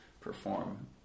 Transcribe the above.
perform